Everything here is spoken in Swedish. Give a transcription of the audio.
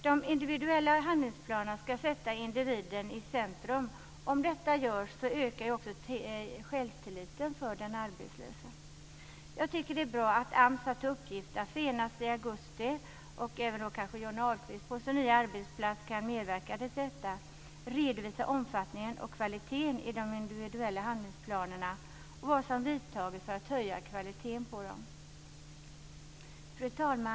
De individuella handlingsplanerna ska sätta individen i centrum. Om detta görs ökar också självtilliten för den arbetslöse. Jag tycker att det är bra att AMS har till uppgift - och kanske kan Johnny Ahlqvist på sin nya arbetsplats medverka till detta - att senast i augusti redovisa omfattningen och kvaliteten i de individuella handlingsplanerna och vad som vidtagits för att höja kvaliteten på dem. Fru talman!